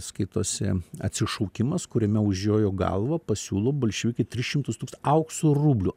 skaitosi atsišaukimas kuriame už jojo galvą pasiūlo bolševikai tris šimtus aukso rublių